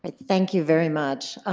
and thank you very much.